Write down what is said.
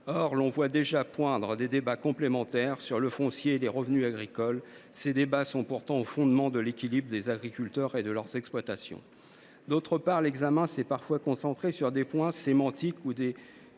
Or l’on voit déjà poindre des débats complémentaires sur le foncier et les revenus agricoles. Ces débats sont pourtant au fondement de l’équilibre des agriculteurs et de leurs exploitations. D’autre part, l’examen s’est parfois concentré sur des points sémantiques ou très